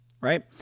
right